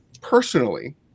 personally